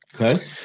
Okay